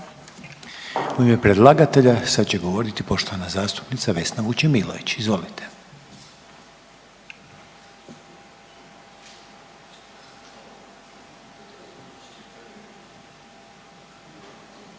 U ime predlagatelja sad će govoriti poštovana zastupnica Vesna Vučemilović. Izvolite.